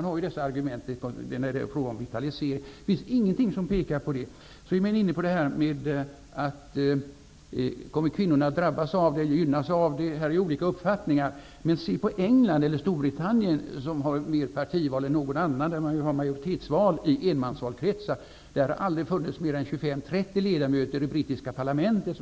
Man har dessa argument när det är fråga om vitalisering, men det finns ingenting som pekar på att det är så. Kommer kvinnorna att drabbas eller gynnas? Här finns olika uppfattningar. Men se på Storbritannien som har mer personval än något annat land, med majoritetsval i enmansvalkretsar. Där har aldrig funnits mer än 25--30 kvinnliga ledamöter av 651 i brittiska parlamentet.